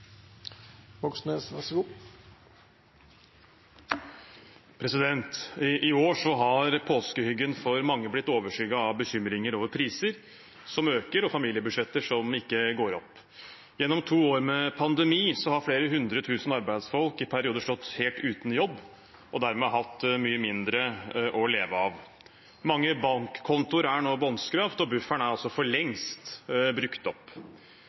I år har påskehyggen for mange blitt overskygget av bekymringer over priser som øker, og familiebudsjetter som ikke går opp. Gjennom to år med pandemi har flere hundre tusen arbeidsfolk i perioder stått helt uten jobb og dermed hatt mye mindre å leve av. Mange bankkontoer er nå bunnskrapet, og bufferen er for lengst brukt opp.